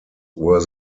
were